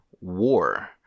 War